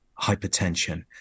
hypertension